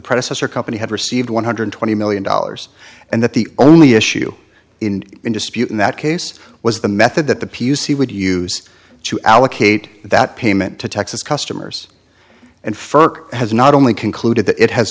predecessor company had received one hundred twenty million dollars and that the only issue in dispute in that case was the method that the p u c would use to allocate that payment to texas customers and ferk has not only concluded that it has